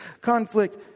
conflict